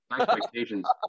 expectations